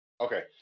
Okay